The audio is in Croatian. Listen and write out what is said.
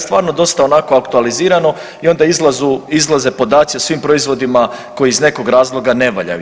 Stvarno dosta onako aktualizirano i onda izlaze podaci o svim proizvodima koji iz nekog razloga ne valjaju.